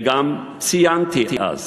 ציינתי אז